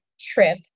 trip